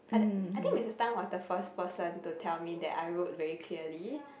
I thi~ I think Missus Tan was the first person to tell me that I wrote very clearly